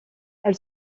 elle